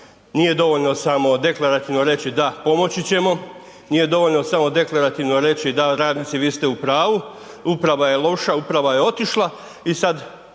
Nije dovoljno samo deklarativno reći da pomoći ćemo, nije dovoljno smo deklarativno reći da radnici vi ste u pravu, uprava je loša, uprava je otišla i sad